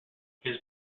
his